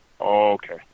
Okay